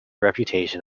reputation